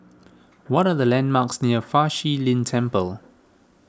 what are the landmarks near Fa Shi Lin Temple